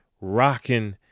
rocking